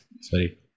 Sorry